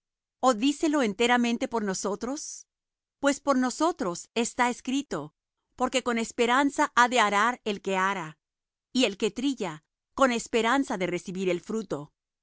o dícelo enteramente por nosotros pues por nosotros está escrito porque con esperanza ha de arar el que ara y el que trilla con esperanza de recibir el fruto